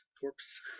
Corpse